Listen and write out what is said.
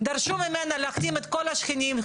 דרשו ממנה להחתים את כל השכנים,